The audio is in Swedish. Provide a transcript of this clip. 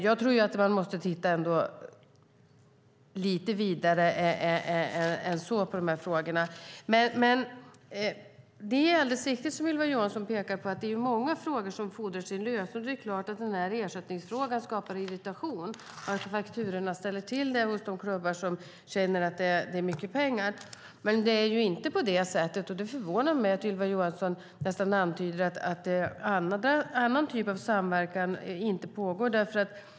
Jag tror att man måste titta lite vidare än så på de här frågorna. Det är alldeles riktigt som Ylva Johansson pekar på att det är många frågor som fordrar sin lösning. Det är klart att den här ersättningsfrågan skapar irritation och att fakturorna ställer till det hos klubbarna som känner att det är mycket pengar. Men det är inte så - och det förvånar mig att Ylva Johansson nästan antyder det - att annan typ av samverkan inte pågår.